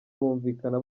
bumvikana